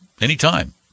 anytime